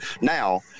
Now